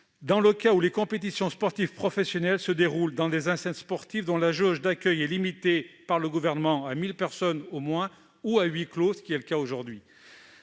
dans le cas où les compétitions sportives professionnelles se déroulent dans des enceintes sportives dont la jauge d'accueil aura été limitée, par le Gouvernement, à mille personnes ou moins, ou encore à huis clos, ce qui est le cas aujourd'hui.